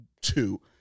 two